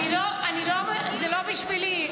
זה לא בשבילי.